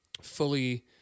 fully